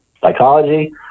psychology